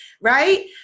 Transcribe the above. Right